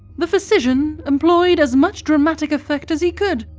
the physician employed as much dramatic effect as he could,